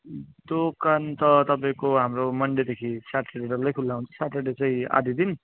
दोकान त तपाईँको हाम्रो मन्डेदेखि स्याटरडे डल्लै खुल्ला हुन्छ स्याटरडे चाहिँ आधा दिन